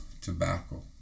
tobacco